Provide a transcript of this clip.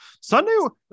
Sunday